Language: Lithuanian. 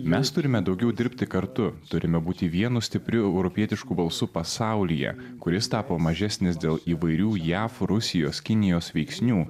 mes turime daugiau dirbti kartu turime būti vienu stipriu europietišku balsu pasaulyje kuris tapo mažesnis dėl įvairių jav rusijos kinijos veiksnių